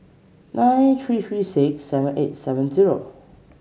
nine three three six seven eight seven zero